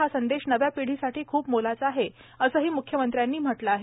हा संदेश नव्या पिढीसाठी खूप मोलाचा आहे असेही म्ख्यमंत्र्यांनी म्हटले आहे